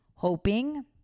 hoping